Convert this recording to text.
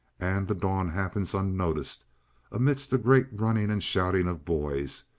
and the dawn happens unnoticed amidst a great running and shouting of boys,